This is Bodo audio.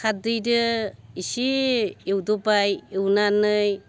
खारदैदों एसे एवदबबाय एवदबनानै